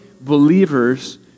believers